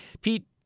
Pete